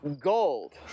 gold